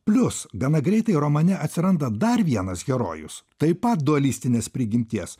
plius gana greitai romane atsiranda dar vienas herojus taip pat dualistinės prigimties